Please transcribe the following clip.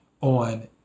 on